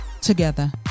together